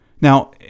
Now